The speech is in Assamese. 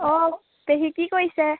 অ' পেহী কি কৰিছে